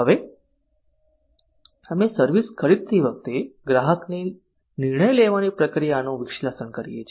હવે અમે સર્વિસ ખરીદતી વખતે ગ્રાહકની નિર્ણય લેવાની પ્રક્રિયાનું વિશ્લેષણ કરીએ છીએ